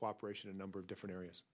cooperation a number of different areas